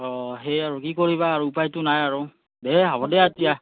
অ সেই আৰু কি কৰিবা আৰু উপায়তো নাই আৰু দে হ'ব দিয়া এতিয়া